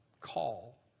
call